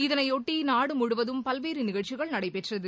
இதனையொட்டி நாடு முழுவதும் பல்வேறு நிகழ்ச்சிகள் நடைபெற்றது